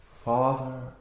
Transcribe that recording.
Father